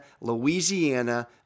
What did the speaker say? Louisiana